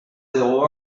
zéro